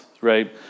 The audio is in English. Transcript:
right